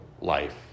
life